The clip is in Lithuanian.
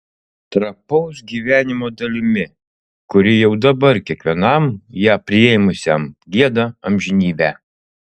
trapaus gyvenimo dalimi kuri jau dabar kiekvienam ją priėmusiam gieda amžinybę